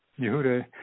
Yehuda